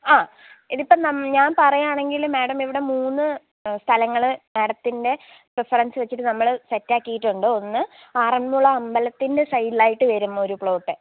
ആ ഇതിപ്പം നം ഞാൻ പറയാണെങ്കിൽ മേടം ഇവിടെ മൂന്ന് സ്ഥലങ്ങൾ മേഡത്തിന്റെ പ്രിഫറെൻസ് വെച്ചിട്ട് നമ്മൾ സെറ്റാക്കീട്ടുണ്ട് ഒന്ന് ആറന്മുള അമ്പലത്തിന്റെ സൈഡിലായിട്ട് വരും ഒരു പ്ലോട്ട്